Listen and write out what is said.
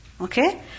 Okay